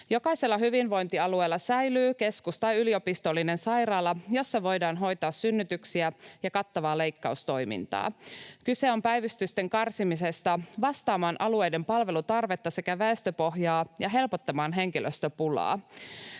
Jokaisella hyvinvointialueella säilyy keskus- tai yliopistollinen sairaala, jossa voidaan hoitaa synnytyksiä ja kattavaa leikkaustoimintaa. Kyse on päivystysten karsimisesta vastaamaan alueiden palvelutarvetta sekä väestöpohjaa ja helpottamaan henkilöstöpulaa.